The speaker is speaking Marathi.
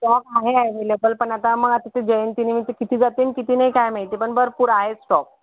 स्टॉक आहे अवेलेबल पण आता म आता जयंतीनिमित्त किती जातीन न् किती नाही काय माहिती पण भरपूर आहे स्टॉक